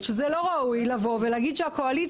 אתה הרי יודע שהוא עזר לכם להפיל את הממשלה.